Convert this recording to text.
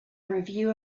review